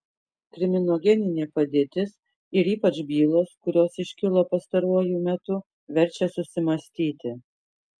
kriminogeninė padėtis ir ypač bylos kurios iškilo pastaruoju metu verčia susimąstyti